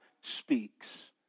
speaks